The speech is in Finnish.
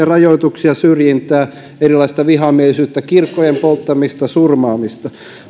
rajoituksia syrjintää erilaista vihamielisyyttä kirkkojen polttamista surmaamista